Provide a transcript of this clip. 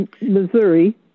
Missouri